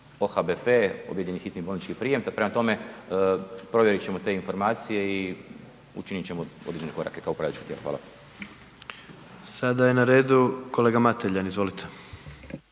OHBP, objedinjeni hitni bolnički prijem. Prema tome provjeriti ćemo te informacije i učiniti ćemo određene korake kao upravljačko tijelo. Hvala. **Jandroković, Gordan (HDZ)** Sada je na redu kolega Mateljan, izvolite.